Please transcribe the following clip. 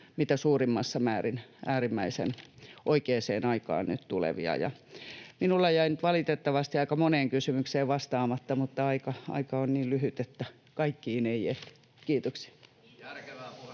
mitä suurimmissa määrin nyt äärimmäisen oikeaan aikaan tulevia. Minulla jäi nyt valitettavasti aika moneen kysymykseen vastaamatta, mutta aika on niin lyhyt, että kaikkiin ei ehdi. — Kiitoksia.